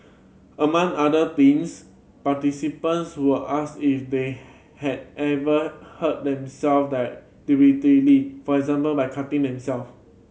among other things participants were asked if they had ever hurt themselves that for example by cutting themselves